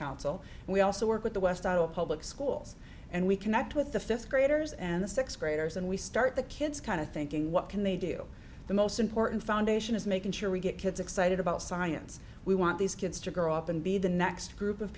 and we also work with the west out of public schools and we connect with the fifth graders and the sixth graders and we start the kids kind of thinking what can they do the most important foundation is making sure we get kids excited about science we want these kids to grow up and be the next group of